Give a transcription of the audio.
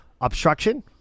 Obstruction